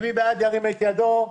מי בעד, ירים את ידו.